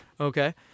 Okay